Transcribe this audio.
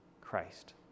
Christ